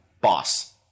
boss